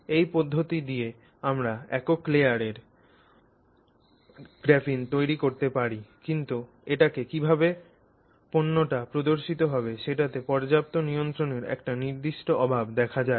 এই পদ্ধতি দিয়ে আমরা একক লেয়ারের গ্রাফিন তৈরি করতে পারি কিন্তু এটাতে কীভাবে পণ্যটা প্রদর্শিত হবে সেটাতে পর্যাপ্ত নিয়ন্ত্রণের একটি নির্দিষ্ট অভাব দেখা যায়